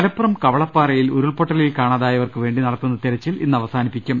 മലപ്പുറം കവളപ്പാറയിൽ ഉരുൾപ്പൊട്ടലിൽ കാണാതായവർക്ക് വേണ്ടി നടത്തുന്ന തിരച്ചിൽ ഇന്ന് അവസാനിപ്പിക്കും